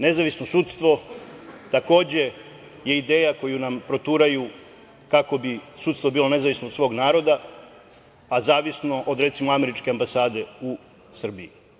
Nezavisno sudstvo takođe je ideja koju nam proturaju kako bi sudstvo bilo nezavisno od svog naroda, a zavisno od recimo američke ambasade u Srbiji.